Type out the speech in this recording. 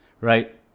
right